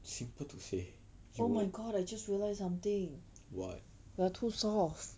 simple to say